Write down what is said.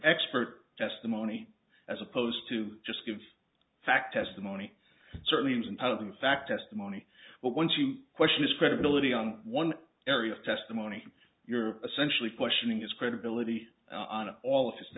expert testimony as opposed to just give fact testimony certainly and part of the fact testimony but once you question his credibility on one area of testimony you're essentially questioning his credibility on all of his